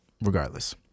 regardless